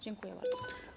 Dziękuję bardzo.